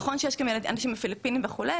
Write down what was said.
נכון שיש כאן אנשים מהפיליפינים וכו',